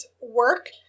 work